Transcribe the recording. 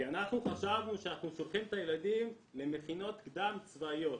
חשבנו שאנחנו שולחים את הילדים למכינות קדם צבאיות.